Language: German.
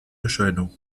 erscheinung